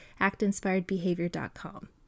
actinspiredbehavior.com